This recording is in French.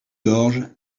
gorge